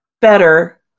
better